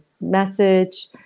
message